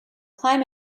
climb